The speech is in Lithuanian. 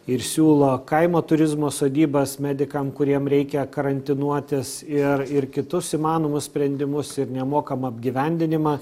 ir siūlo kaimo turizmo sodybas medikam kuriem reikia karantinuotis ir ir kitus įmanomus sprendimus ir nemokamą apgyvendinimą